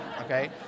Okay